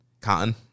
Cotton